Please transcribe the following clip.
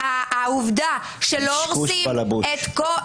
קשקוש בלבוש.